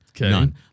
None